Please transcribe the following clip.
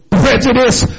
prejudice